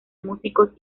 músicos